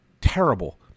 terrible